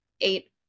eight